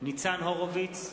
ניצן הורוביץ,